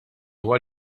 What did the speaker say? huwa